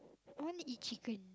want eat chicken